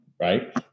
right